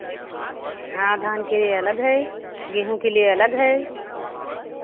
हाँ धान के अलग है गेहूँ के लिए अलग है